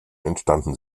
entstanden